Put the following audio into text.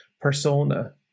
persona